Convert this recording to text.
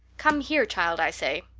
come here, child, i say.